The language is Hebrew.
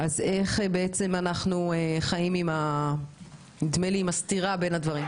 איך אנחנו חיים עם הסתירה בין הדברים?